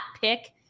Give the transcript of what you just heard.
pick